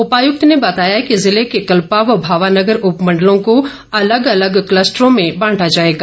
उपायुक्त ने बताया कि जिले के कल्पा भावा नगर उपमंडलों को अलग अलग कलस्टरों में बांटा जाएगा